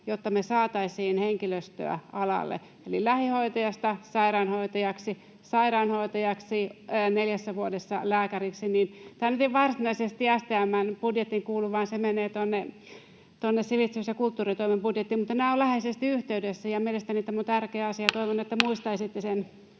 jotta me saataisiin henkilöstöä alalle, eli lähihoitajasta sairaanhoitajaksi, sairaanhoitaja neljässä vuodessa lääkäriksi. Tämä nyt ei varsinaisesti STM:n budjettiin kuulu, vaan se menee tuonne sivistys- ja kulttuuritoimen budjettiin, mutta nämä ovat läheisesti yhteydessä, ja mielestäni tämä on tärkeä asia, ja